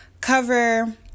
cover